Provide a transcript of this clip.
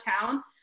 town